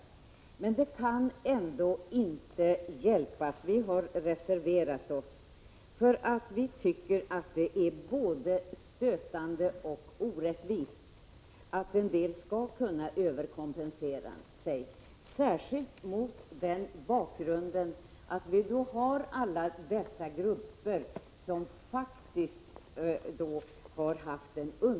Vi moderater har ändå reserverat oss, eftersom det är både stötande och orättvist att en del grupper skall kunna överkompensera sig, särskilt mot den bakgrunden att det finns många grupper som underkompenseras.